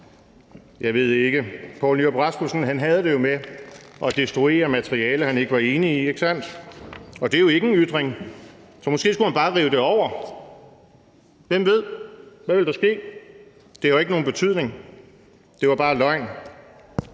jeg ved ikke. Poul Nyrup Rasmussen havde det jo med at destruere materiale, han ikke var enig i, ikke sandt? Og det er jo ikke en ytring, så måske skulle man bare rive det over, hvem ved? Hvad ville der ske? Det har jo ikke nogen betydning. Det var bare løgn.